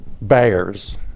bears